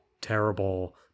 terrible